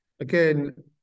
Again